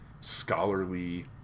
scholarly